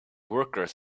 workers